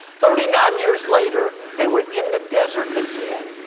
thirty-nine years later, they were in the desert again,